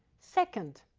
second,